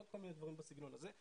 ועוד כל מיני דברים בסגנון הזה,